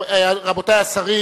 רבותי השרים,